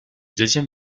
deuxième